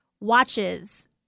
watches